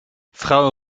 frau